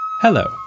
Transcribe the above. Hello